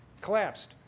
Collapsed